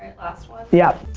last one. yeah.